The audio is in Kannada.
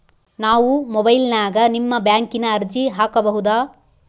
ನಾವು ಮೊಬೈಲಿನ್ಯಾಗ ನಿಮ್ಮ ಬ್ಯಾಂಕಿನ ಅರ್ಜಿ ಹಾಕೊಬಹುದಾ?